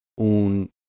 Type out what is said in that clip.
un